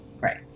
Right